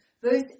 verse